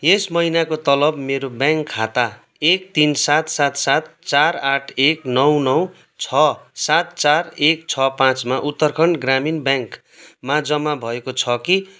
यस महिनाको तलब मेरो ब्याङ्क खाता एक तिन सात सात सात चार आठ एक नौ नौ छ सात चार एक छ पाँचमा उत्तराखण्ड ग्रामीण ब्याङ्कमा जम्मा भएको छ कि